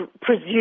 presume